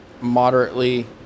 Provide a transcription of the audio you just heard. moderately